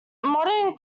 modern